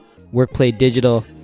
WorkPlayDigital